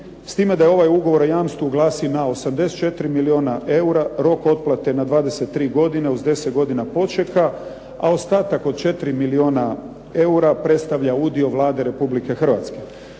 s time da ovaj ugovor o jamstvu glasi na 84 milijuna eura, rok otplate je na 23 godina uz 10 godina počeka, a ostatak od 4 milijuna eura predstavlja udio Vlade Republike Hrvatske.